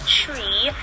tree